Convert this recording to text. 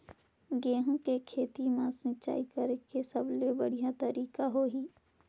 गंहू के खेती मां सिंचाई करेके सबले बढ़िया तरीका होही?